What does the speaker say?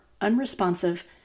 unresponsive